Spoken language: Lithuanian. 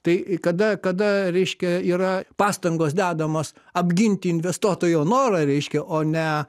tai kada kada reiškia yra pastangos dedamos apginti investuotojo norą reiškia o ne